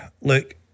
Look